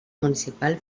municipal